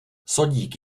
sodík